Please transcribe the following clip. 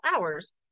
hours